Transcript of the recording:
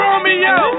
Romeo